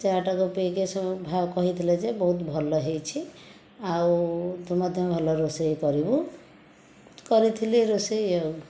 ଚା ଟାକୁ ପିଇକି ସବୁ ଭା କହିଥିଲେ ଯେ ବହୁତ ଭଲ ହୋଇଛି ଆଉ ତୁ ମଧ୍ୟ ଭଲ ରୋଷେଇ କରିବୁ କରିଥିଲି ରୋଷେଇ ଆଉ